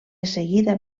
seguida